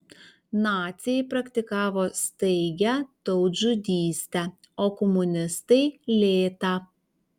naciai praktikavo staigią tautžudystę o komunistai lėtą